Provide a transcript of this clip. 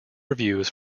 reviews